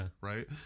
right